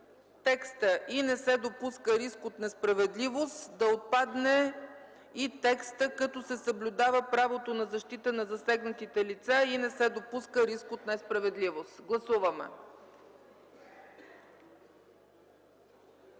текста „и не се допуска риск от несправедливост” да отпадне и текстът „като се съблюдава правото на защита на засегнатите лица и не се допуска риск от несправедливост”. Гласуваме.